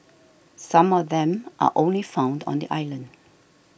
some of them are only found on the island